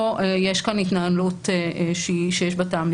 פעמים מתנהלת חקירה של הגוף החוקר,